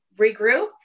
regroup